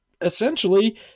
essentially